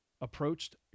approached